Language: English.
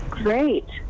great